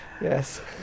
Yes